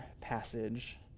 passage